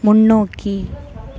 முன்னோக்கி